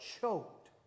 choked